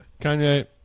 Kanye